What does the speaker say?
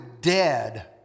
dead